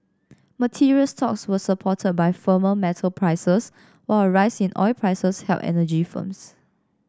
materials stocks were supported by firmer metal prices while a rise in oil prices helped energy firms